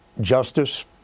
justice